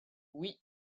oui